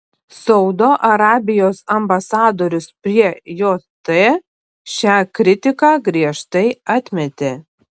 saudo arabijos ambasadorius prie jt šią kritiką griežtai atmetė